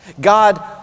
God